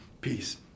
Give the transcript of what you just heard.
peace